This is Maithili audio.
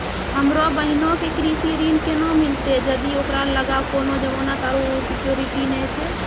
हमरो बहिनो के कृषि ऋण केना मिलतै जदि ओकरा लगां कोनो जमानत आरु सिक्योरिटी नै छै?